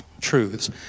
truths